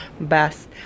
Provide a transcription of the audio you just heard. best